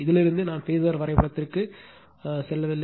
இதிலிருந்து நான் பேசர் வரைபடத்திற்கு செல்லவில்லை